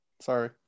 Sorry